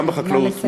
גם בחקלאות,